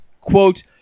quote